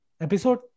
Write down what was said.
Episode